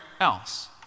else